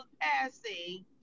passing